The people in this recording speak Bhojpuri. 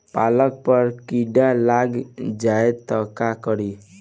पालक पर कीड़ा लग जाए त का करी?